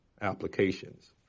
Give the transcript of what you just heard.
applications